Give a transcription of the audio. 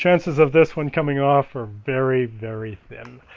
chances of this one coming off are very very thin